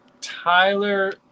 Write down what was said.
Tyler